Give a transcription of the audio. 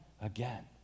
again